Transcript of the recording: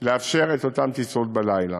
לאפשר את אותן טיסות בלילה.